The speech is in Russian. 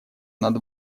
над